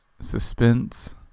suspense